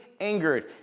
Angered